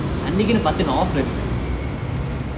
அன்னிக்கினு பாத்து நா:annikinu paathu naa off leh இருந்தேன்:irunthen